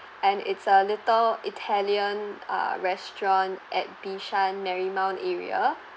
and it's a little italian uh restaurant at bishan marymount area